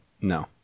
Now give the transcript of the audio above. No